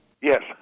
Yes